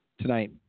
tonight